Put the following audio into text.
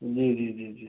जी जी जी जी